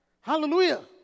Hallelujah